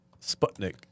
Sputnik